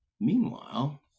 Meanwhile